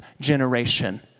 generation